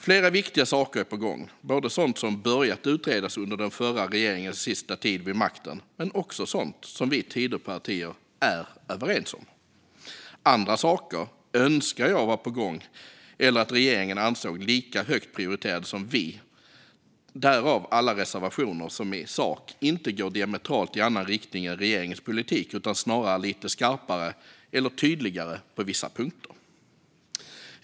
Flera viktiga saker är på gång, både sådant som börjat utredas under den förra regeringens sista tid vid makten och sådant som vi Tidöpartier är överens om. Andra saker önskar jag var på gång eller att regeringen ansåg lika högt prioriterade som vi, därav alla reservationer som inte i sak går i diametralt annan riktning än regeringens politik utan snarare är lite skarpare eller tydligare på vissa punkter.